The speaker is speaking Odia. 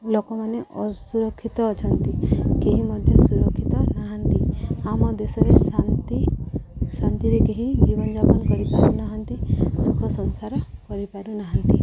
ଲୋକମାନେ ଅସୁରକ୍ଷିତ ଅଛନ୍ତି କେହି ମଧ୍ୟ ସୁରକ୍ଷିତ ନାହାନ୍ତି ଆମ ଦେଶରେ ଶାନ୍ତି ଶାନ୍ତିରେ କେହି ଜୀବନ ଯାପନ କରିପାରୁନାହାନ୍ତି ସୁଖ ସଂସାର କରିପାରୁନାହାନ୍ତି